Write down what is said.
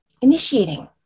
initiating